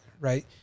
right